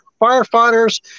firefighters